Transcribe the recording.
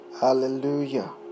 Hallelujah